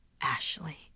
Ashley